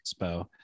Expo